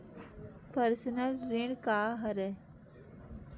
Personal ऋण का हरय?